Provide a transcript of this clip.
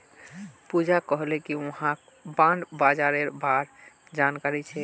पूजा कहले कि वहाक बॉण्ड बाजारेर बार जानकारी छेक